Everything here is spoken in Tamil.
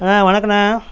அண்ணா வணக்கம்ண